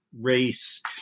race